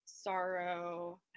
sorrow